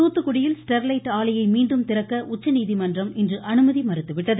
தூத்துக்குடியில் ஸ்டெர்லைட் ஆலையை மீண்டும் திறக்க உச்சநீதிமன்றம் இன்று அனுமதி மறுத்துவிட்டது